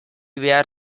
behar